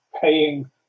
paying